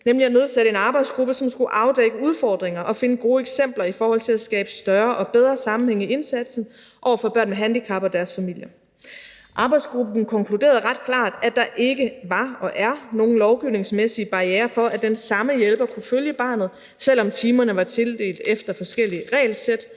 nemlig at nedsætte en arbejdsgruppe, som skulle afdække udfordringer og finde gode eksempler i forhold til at skabe større og bedre sammenhæng i indsatsen over for børn med handicap og deres familier. Arbejdsgruppen konkluderede ret klart, at der ikke var og er nogen lovgivningsmæssige barrierer for, at den samme hjælper kunne følge barnet, selv om timerne var tildelt efter forskellige regelsæt